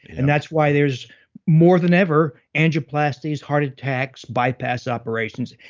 and that's why there's more than ever angioplasties, heart attacks, bypass operations.